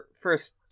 first